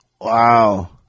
wow